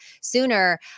sooner